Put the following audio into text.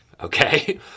okay